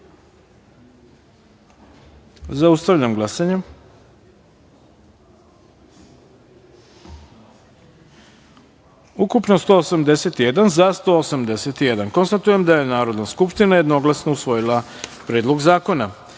taster. Zaustavljam glasanje: ukupno - 181, za - 181.Konstatujem da je Narodna skupština jednoglasno usvojila Predlog zakona